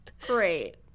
Great